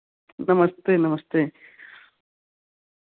नमस्ते नमस्ते